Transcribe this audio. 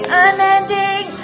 unending